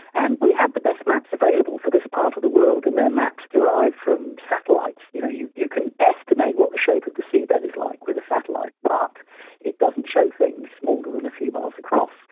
and we had the best maps available for this part of the world, and they're maps derived from satellites. you know you you can estimate what the shape of the seabed is like with a satellite, but it doesn't show things smaller than a few miles across.